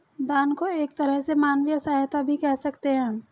दान को एक तरह से मानवीय सहायता भी कह सकते हैं